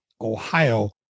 Ohio